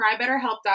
trybetterhelp.com